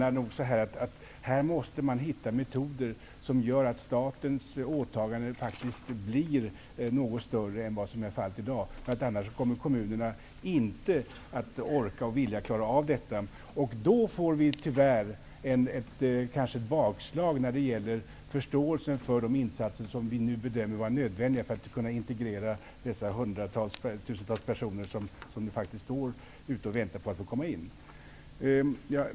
Här måste man hitta metoder som gör att statens åtagande faktiskt blir något större än som i dag är fallet, för annars kommer kommunerna inte att orka eller vilja klara av detta. Då får vi, tyvärr, kanske konstatera ett bakslag när det gäller förståelsen för de insatser som vi nu bedömer vara nödvändiga för att vi skall kunna integrera de tusentals personer som faktiskt väntar på att få komma in.